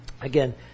Again